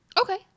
Okay